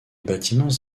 bâtiments